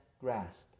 grasp